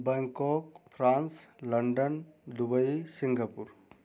Bangkok France London Dubai Singapore